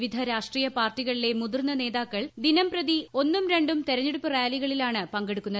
വിവിധ രാഷ്ട്രീയ പാർട്ടികളിലെ മുതിർന്ന നേതാക്കൾ ദിനംപ്രതി ഒന്നും രണ്ടും തെരഞ്ഞെടുപ്പ് റാലികളിലാണ് പങ്കെടുക്കുന്നത്